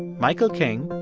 michael king,